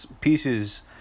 pieces